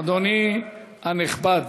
אדוני הנכבד,